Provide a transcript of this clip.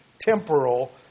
temporal